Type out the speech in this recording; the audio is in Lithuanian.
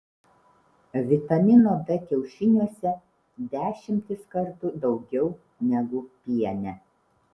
vitamino d kiaušiniuose dešimtis kartų daugiau negu piene